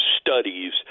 studies